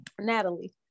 Natalie